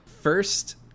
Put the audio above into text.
First